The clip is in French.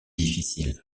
difficile